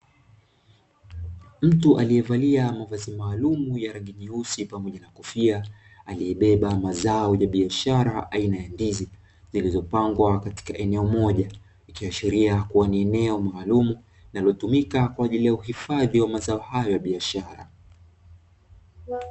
Mtu aliyevalia mavazi maalumu ya rangi nyeusi pamoja na kofia, aliyebeba mazao ya biashara aina ya ndizi zilizopangwa katika eneo moja. Ikiashiria kuwa ni eneo maalumu linalotumika kwa ajili ya uhifadhi wa mazao hayo ya biashara.